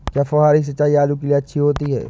क्या फुहारी सिंचाई आलू के लिए अच्छी होती है?